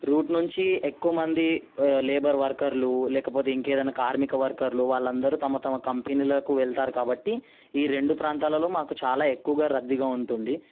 road నుంచి ఎక్కువ మంది లేబర్ వర్కర్లు లేకపోతే ఇంకా ఏదైనా కార్మిక వర్కర్లు వాళ్ళందరూ తమ తమ కంపెనీలకు వెళ్తారు కాబట్టి ఈ రెండు ప్రాంతాలలో మాకు చాలా ఎక్కువగా రద్దీగా ఉంటుంది